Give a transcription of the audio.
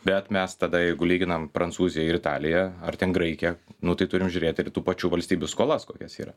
bet mes tada jeigu lyginam prancūziją ir italiją ar ten graikiją nu tai turim žiūrėt ir į tų pačių valstybių skolas kokios yra